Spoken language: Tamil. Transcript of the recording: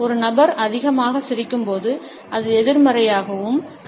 ஒரு நபர் அதிகமாக சிரிக்கும்போது அது எதிர்மறையாகவும் கருதப்படுகிறது